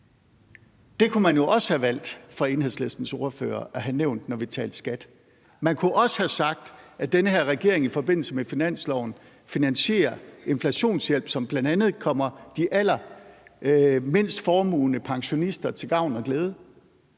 Det kunne man også have valgt fra Enhedslistens ordfører side at have nævnt, når vi taler skat. Man kunne også have sagt, at den her regering i forbindelse med finansloven finansierer inflationshjælp, som bl.a. kommer de allermindst formuende pensionister til gavn og glæde,